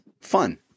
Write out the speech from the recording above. fun